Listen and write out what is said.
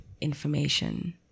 information